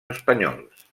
espanyols